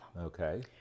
Okay